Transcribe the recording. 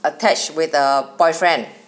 attached with the boyfriend